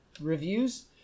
reviews